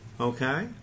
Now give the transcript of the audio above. okay